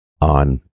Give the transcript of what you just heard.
on